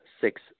six